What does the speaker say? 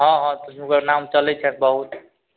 हँ हँ तऽ हुनकर नाम चलय छनि बहुत